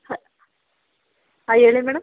ಹಾಂ ಹಾಂ ಹೇಳಿ ಮೇಡಮ್